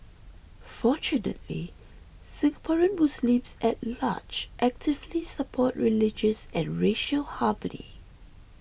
fortunately Singaporean Muslims at large actively support religious and racial harmony